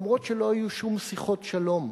למרות שלא היו שום שיחות שלום.